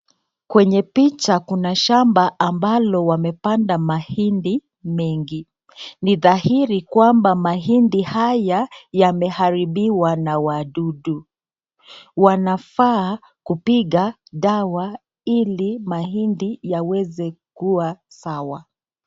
Kwenye picha, kuna shamba ambalo wamepanda mahindi mengi. Ni dhahiri kwamba mahindi haya yameharibiwa na wadudu. Wanafaa kupiga dawa ili mahindi yaweze kuwa sawa.